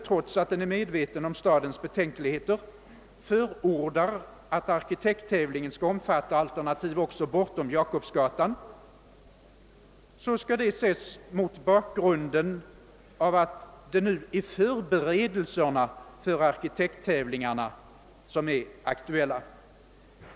är medveten om stadens betänkligheter, förordar att arkitekttävlingen skall omfatta alternativ också norr om Jakobsgatan skall denna inställning ses mot bakgrunden att det är förberedelserna för arkitekttävlingen som är aktuella.